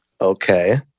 Okay